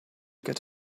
get